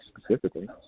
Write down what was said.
specifically